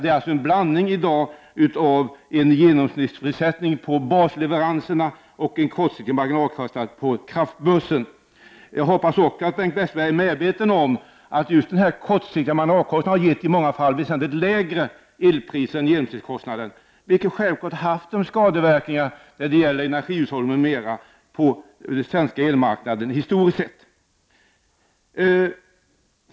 Det är således i dag en blandning av en genomsnittsersättning på basleveranserna och en kortsiktig marginalkostnad på kraftbörsen. Jag hoppas att Bengt Westerberg är medveten om att just den här kortsiktiga marginalkostnaden i många fall har lett till väsentligt lägre elpriser än genomsnittskostnaden, vilket självfallet har haft skadeverkningar när det gäller energihushållningen och den svenska elmarknaden historiskt sett.